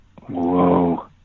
whoa